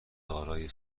دارای